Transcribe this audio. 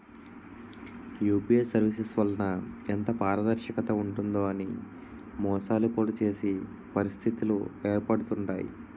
UPI services వలన ఎంత పారదర్శకత ఉంటుందో అని మోసాలు కూడా చేసే పరిస్థితిలు ఏర్పడుతుంటాయి